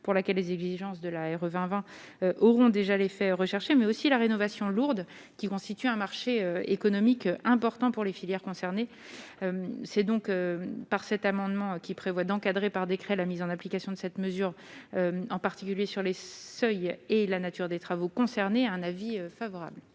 pour laquelle les exigences de la et revend auront déjà les faits recherchés mais aussi la rénovation lourde qui constituent un marché économique important pour les filières concernées, c'est donc par cet amendement qui prévoit d'encadrer par décret la mise en application de cette mesure, en particulier sur les seuils et la nature des travaux concernés, un avis favorable.